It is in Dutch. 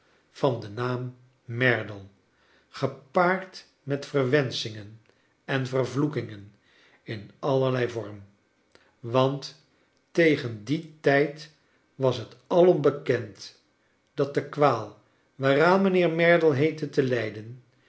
van den naam merdle gepaard met verwenschingen en v rvloekingen in allerlei vorm want tegen dien tijd was het alom bekend dat de kwaal waaraan mijnheer merdle heette te lijden